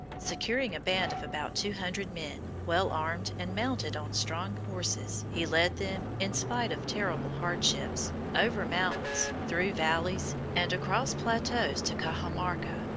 securing a band of about two hundred men, well armed and mounted on strong horses, he led them, in spite of terrible hardships, over mountains, through valleys, and across plateaus to cajamarca,